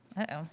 Uh-oh